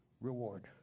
reward